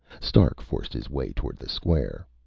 stark forced his way toward the square.